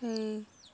এই